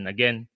Again